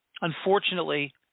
unfortunately